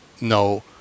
no